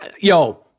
yo